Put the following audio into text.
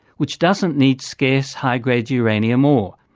which doesn't need scarce high-grade uranium ore.